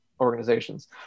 organizations